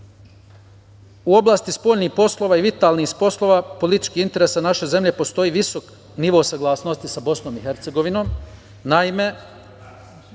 u oblasti spoljnih poslova i vitalnih poslova političkih interesa naše zemlje postoji visok nivo saglasnosti sa BiH.